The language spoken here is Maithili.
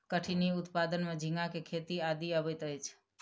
कठिनी उत्पादन में झींगा के खेती आदि अबैत अछि